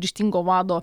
ryžtingo vado